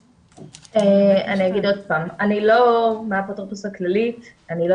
אני לא מהאפוטרופוס הכללי, אני לא